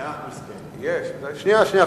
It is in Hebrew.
מאה אחוז, כן, יש, ודאי שיש.